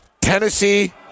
Tennessee